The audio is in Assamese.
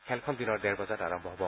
খেলখন দিনৰ ডেৰ বজাত আৰম্ভ হ'ব